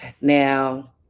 Now